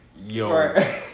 yo